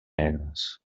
negres